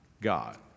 God